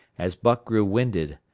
as buck grew winded,